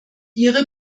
ihre